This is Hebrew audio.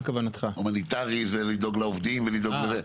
הומניטרי זה לדאוג לעובדים וכולי,